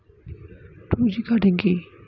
Two G cutting কি?